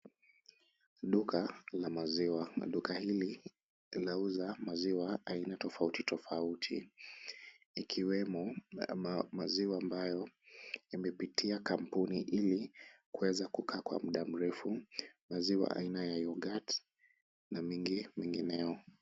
Duka la maziwa na duka hili linauza maziwa aina tofauti tofauti ikiwemo maziwa ambayo yamepitia kampuni ili kuweza kukaa kwa muda mrefu. Maziwa aina ya yoghurt na mengi mengineo.